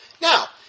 Now